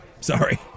Sorry